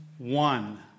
One